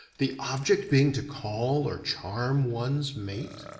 the object being to call or charm one's mate.